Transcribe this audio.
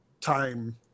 time